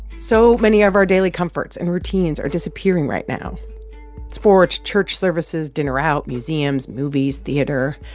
so many of our daily comforts and routines are disappearing right now sports, church services, dinner out, museums, movies, theater.